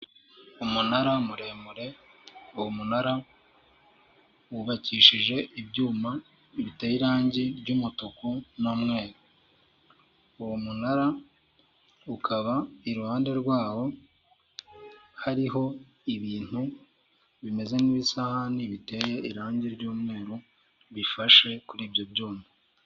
Umunara muremure, uwo munara wubakishije ibyuma biteye irangi ry'umutuku n'umweru, uwo munara ukaba iruhande rwawo, hariho ibintu bimeze nk'isahani, biteye irangi ry'umweru, bifashe kuri ibyo byuma.